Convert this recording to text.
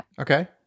Okay